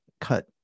cut